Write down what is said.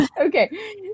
Okay